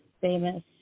famous